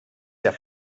der